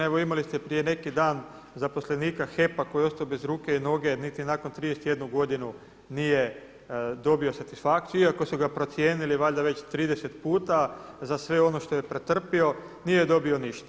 Evo imali ste prije neki dan zaposlenika HEP-a koji je ostao bez ruke i noge, niti nakon 31 godinu nije dobio satisfakciju iako su ga procijenili valjda već 30 puta za sve ono što je pretrpio, nije dobio ništa.